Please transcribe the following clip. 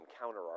counter